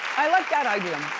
i like that idea.